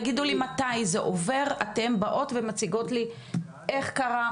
תגידו לי מתי זה עובר ומתי אתן באות ומציגות לי איך קרה,